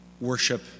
worship